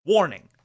Warning